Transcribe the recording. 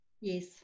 yes